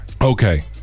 Okay